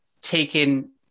taken